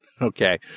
Okay